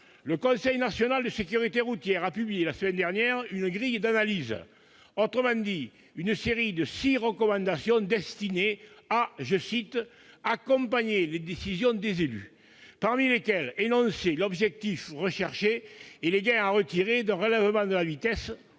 le Conseil national de la sécurité routière a publié la semaine dernière une grille d'analyse, c'est-à-dire une série de six recommandations destinées à « accompagner les décisions des élus », parmi lesquelles :« énoncer l'objectif recherché et les gains à retirer d'un relèvement de la vitesse